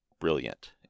brilliant